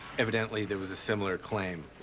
evidently there was a similar claim.